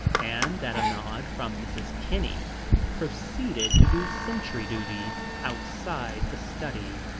and at a nod from mrs. kinney proceeded to do sentry duty outside the study.